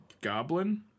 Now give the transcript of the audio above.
goblin